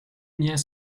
miens